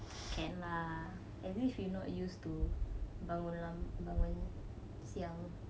can lah at least you not used to bangun lam~ bangun siang